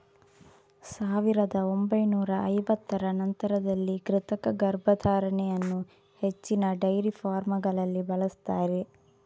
ಸಾವಿರದ ಒಂಬೈನೂರ ಐವತ್ತರ ನಂತರದಲ್ಲಿ ಕೃತಕ ಗರ್ಭಧಾರಣೆ ಅನ್ನು ಹೆಚ್ಚಿನ ಡೈರಿ ಫಾರ್ಮಗಳಲ್ಲಿ ಬಳಸ್ತಾರೆ